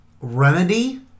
Remedy